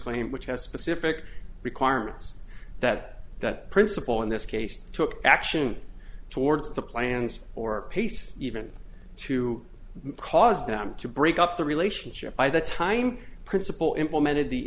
claim which has specific requirements that that principle in this case took action towards the plans or pace even to cause them to break up the relationship by the time principal implemented the